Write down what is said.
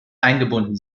eingebunden